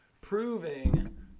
Proving